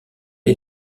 est